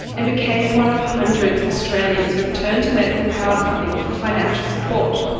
and became one of hundreds of australians who have turned to medical crowdfunding for financial support.